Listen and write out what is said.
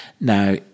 now